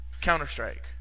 Counter-Strike